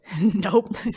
nope